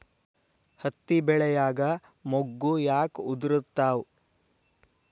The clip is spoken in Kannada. ಹತ್ತಿ ಬೆಳಿಯಾಗ ಮೊಗ್ಗು ಯಾಕ್ ಉದುರುತಾವ್?